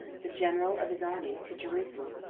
the general of his army, to jerusalem,